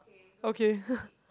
okay